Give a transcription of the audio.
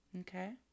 Okay